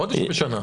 בחודש או בשנה?